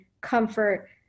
comfort